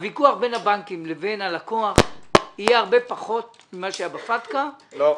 הוויכוח בין הבנקים לבין הלקוח יהיה הרבה פחות ממה שהיה בפטקא -- לא,